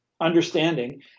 understanding